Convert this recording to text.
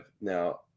now